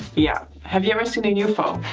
yeah. have you ever seen a ufo?